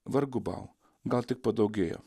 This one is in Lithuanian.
vargu bau gal tik padaugėjo